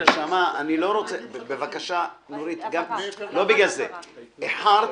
נורית, איחרת,